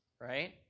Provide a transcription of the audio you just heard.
right